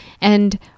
And-